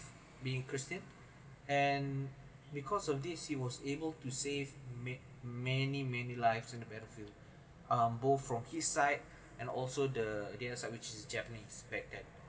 being christian and because of this he was able to save ma~ many many lives in a the battlefield both from his sight and also the site which is japanese spected